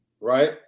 right